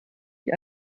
die